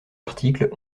articles